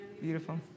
Beautiful